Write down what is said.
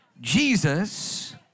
Jesus